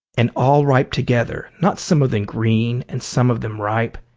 and all ripe together, not some of them green and some of them ripe!